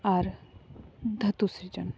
ᱟᱨ ᱫᱷᱟᱹᱛᱩ ᱥᱤᱨᱤᱡᱚᱱ